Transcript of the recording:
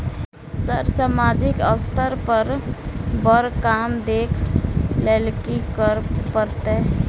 Sir सामाजिक स्तर पर बर काम देख लैलकी करऽ परतै?